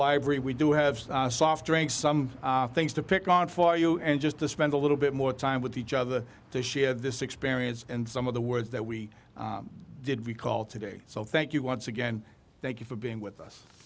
library we do have a soft drink some things to pick on for you and just to spend a little bit more time with each other to share this experience and some of the words that we did recall today so thank you once again thank you for being with us